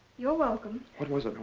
you're welcome. what was it,